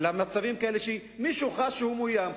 למצבים כאלה שאם מישהו חש שהוא מאוים,